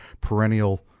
perennial